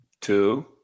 Two